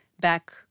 back